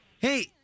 Hey